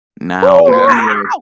Now